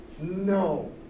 No